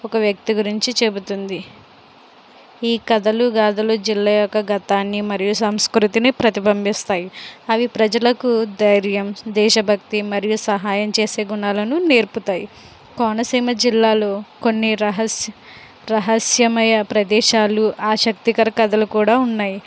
ఒక వ్యక్తి గురించి చెబుతుంది ఈ కథలు గాథలు జిల్లా యొక్క గతాన్ని మరియు సంస్కృతిని ప్రతిబింబిస్తాయి అవి ప్రజలకు ధైర్యం దేశభక్తి మరియు సహాయం చేసే గుణాలను నేర్పుతాయ్ కోనసీమ జిల్లాలో కొన్ని రహస్య రహస్యమయ్య ప్రదేశాలు ఆసక్తికర కథలు కూడా ఉన్నాయ్